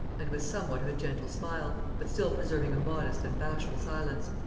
and with somewhat of a gentle smile but still preserving a modest and bashful silence.